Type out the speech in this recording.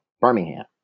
Birmingham